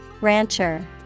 Rancher